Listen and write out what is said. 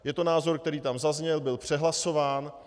Je to názor, který tam zazněl, byl přehlasován.